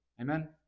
Amen